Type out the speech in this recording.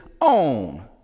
own